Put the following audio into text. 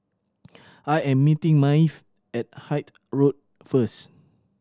I am meeting Maeve at Hythe Road first